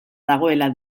dagoela